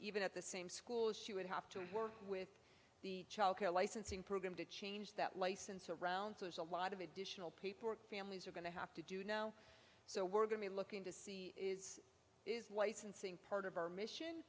even at the same school she would have to work with the childcare licensing program to change that license around so there's a lot of additional paperwork families are going to have to do now so we're going to be looking to see is licensing part of our mission